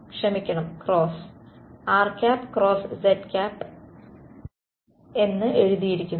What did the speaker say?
ക്ഷമിക്കണം cross rˆ × zˆ എന്ന് എഴുതിയിരിക്കുന്നു